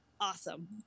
awesome